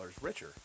richer